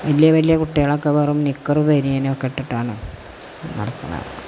വലിയ വലിയ കുട്ടികളൊക്കെ വെറും നിക്കര് ബനിയനൊക്കെ ഇട്ടിട്ടാണ് നടക്കുന്നത്